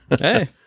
hey